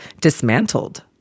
dismantled